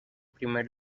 primer